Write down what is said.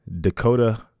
Dakota